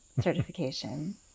certification